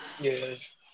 Yes